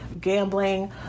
gambling